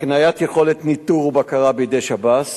הקניית יכולת ניטור ובקרה בידי שב"ס